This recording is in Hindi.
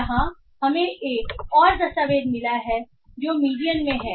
यहां हमें एक और दस्तावेज मिला है जो मीडियन में है